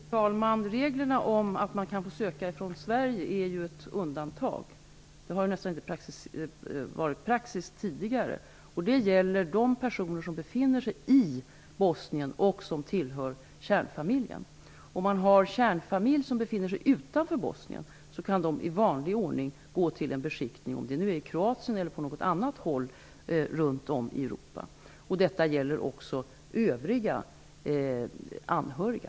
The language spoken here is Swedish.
Fru talman! Reglerna om att man kan få söka från Sverige är ju ett undantag. Det har inte varit praxis tidigare. Dessa regler gäller de personer som befinner sig i Bosnien och som tillhör kärnfamiljen. Om man har kärnfamilj som befinner sig utanför Bosnien kan denna i vanlig ordning vända sig till en beskickning i Kroatien eller på något annat håll runt om i Europa. Detta gäller också övriga anhöriga.